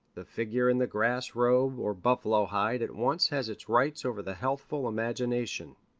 the figure in the grass-robe or buffalo hide at once has its rights over the healthful imagination.